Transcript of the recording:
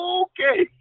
okay